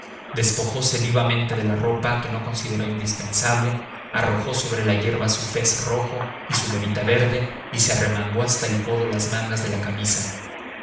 caña despojose vivamente de la ropa que no consideró indispensable arrojó sobre la hierba su fez rojo y su levita verde y se arremangó hasta el codo las mangas de la camisa